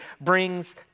brings